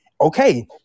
Okay